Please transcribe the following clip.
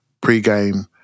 pre-game